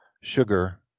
sugar